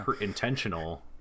intentional